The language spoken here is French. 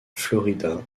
florida